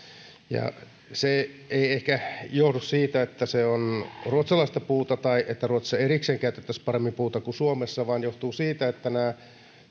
se ei ehkä johdu siitä että se on ruotsalaista puuta tai että ruotsissa erikseen käytettäisiin paremmin puuta kuin suomessa vaan siitä että nämä